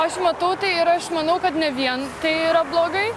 aš matau tai ir aš manau kad ne vien tai yra blogai